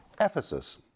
Ephesus